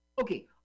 Okay